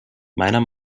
meiner